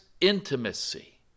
intimacy